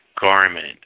garment